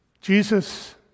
Jesus